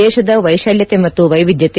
ದೇಶದ ವೈಶಾಲ್ಯತೆ ಮತ್ತು ವೈವಿಧತೆ